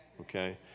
okay